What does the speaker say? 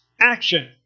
action